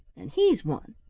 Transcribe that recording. and he's one.